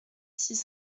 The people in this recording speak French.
six